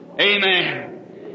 Amen